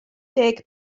deg